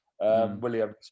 Williams